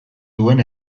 duen